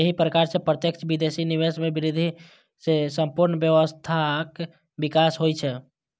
एहि प्रकार सं प्रत्यक्ष विदेशी निवेश मे वृद्धि सं संपूर्ण अर्थव्यवस्थाक विकास होइ छै